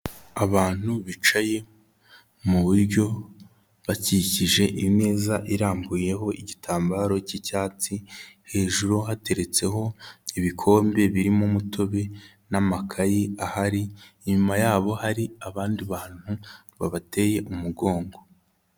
Abantu bicaye mu buryo bakikije imeza irambuyeho igitambaro k'icyatsi, hejuru hateretseho ibikombe birimo umutobe n'amakayi ahari, inyuma yabo hari abandi bantu babateye umugongo.